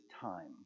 time